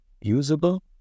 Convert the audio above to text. usable